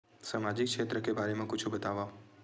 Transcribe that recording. सामाजिक क्षेत्र के बारे मा कुछु बतावव?